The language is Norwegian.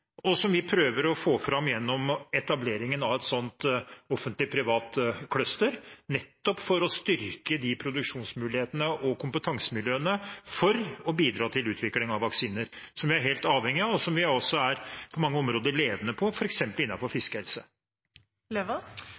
og som vi prøver å få fram gjennom etableringen av et offentlig-privat cluster, nettopp for å styrke de produksjonsmulighetene og kompetansemiljøene for å bidra til utvikling av vaksiner som vi er helt avhengige av, og som vi også på mange områder er ledende på,